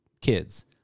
kids